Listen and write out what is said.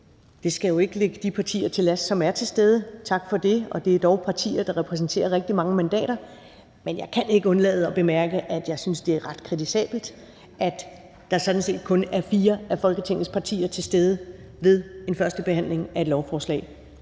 Det skal jo ikke ligge de partier til last, som er til stede – tak for det – og det er dog partier, der repræsenterer rigtig mange mandater. Men jeg kan ikke undlade at bemærke, at jeg synes, det er ret kritisabelt, at der sådan set kun er fire af Folketingets partier til stede ved en førstebehandling af et lovforslag.